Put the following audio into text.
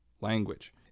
language